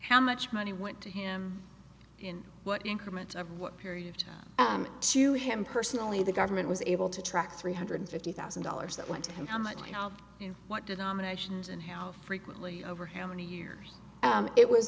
how much money went to him in what increment of what period of time to him personally the government was able to track three hundred fifty thousand dollars that went to him how much you know what denominations and how frequently over how many years it was